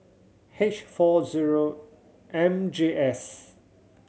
H four zero M J S